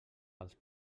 pels